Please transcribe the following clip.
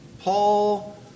Paul